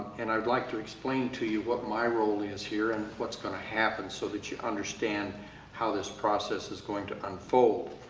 and i'd like to explain to you what my role is here and what's going to happen so that you understand how this process is going to unfold.